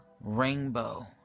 rainbow